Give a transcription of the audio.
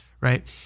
right